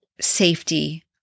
safety